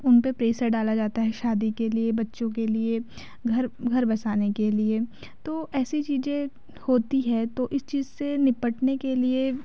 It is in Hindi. उन पे प्रेसर डाला जाता है शादी के लिए बच्चों के लिए बच्चों के घर घर बसाने के लिए तो ऐसी चीज़ें होती हैं तो इस चीज से निपटने के लिए